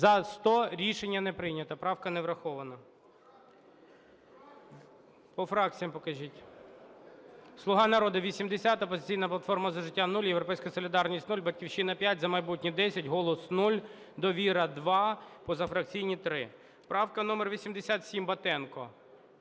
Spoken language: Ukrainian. За-100 Рішення не прийнято. Правка не врахована. По фракціям покажіть. "Слуга народу" – 80, "Опозиційна платформа - За життя" – 0, "Європейська солідарність" – 0, "Батьківщина" – 5, "За майбутнє" – 10, "Голос" – 0, "Довіра" – 2, позафракційні – 3. Правка номер 87, Батенко.